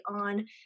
on